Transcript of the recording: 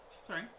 Sorry